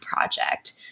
project